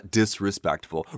disrespectful